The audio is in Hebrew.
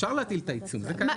אפשר להטיל את העיצום, זה קיים בחוק.